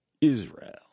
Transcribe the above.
Israel